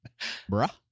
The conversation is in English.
bruh